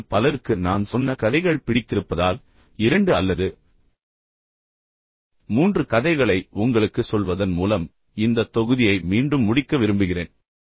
உங்களில் பலருக்கு நான் சொன்ன கதைகள் பிடித்திருப்பதால் இரண்டு அல்லது மூன்று கதைகளை உங்களுக்குச் சொல்வதன் மூலம் இந்த தொகுதியை மீண்டும் முடிக்க விரும்புகிறேன்